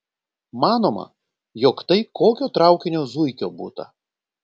manoma jog tai kokio traukinio zuikio būta